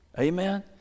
Amen